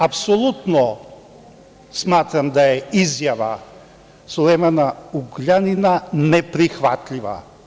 Apsolutno smatram da je izjava Sulejmana Ugljanina neprihvatljiva.